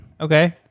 Okay